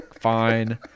Fine